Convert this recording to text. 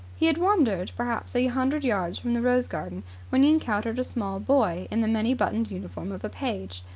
he had wandered perhaps a hundred yards from the rose-garden when he encountered a small boy in the many-buttoned uniform of a page.